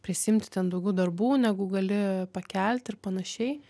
prisiimti ten daugiau darbų negu gali pakelti ir panašiai